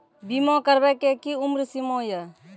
बीमा करबे के कि उम्र सीमा या?